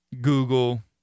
Google